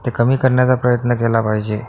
ते कमी करण्याचा प्रयत्न केला पाहिजे